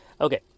Okay